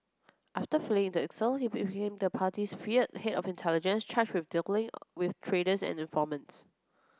after fleeing into exile he became the party's feared head of intelligence charged with dealing with traitors and informants